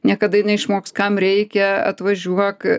niekada neišmoks kam reikia atvažiuok